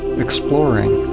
exploring.